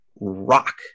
rock